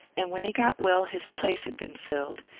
and when he got well his place had been filled.